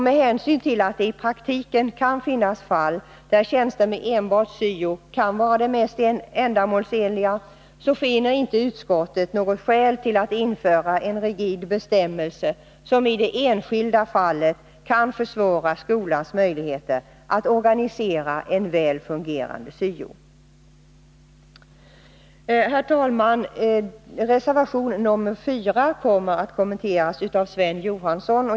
Med hänsyn till att det i praktiken kan finnas fall där tjänster med enbart syo kan vara det mest ändamålsenliga finner inte utskottet något skäl till att införa en rigid bestämmelse, som i det enskilda fallet kan försvåra skolans möjligheter att organisera en väl fungerande syo. Herr talman! Reservation nr 4 kommer att kommenteras av Sven Johansson.